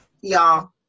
y'all